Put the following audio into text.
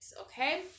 okay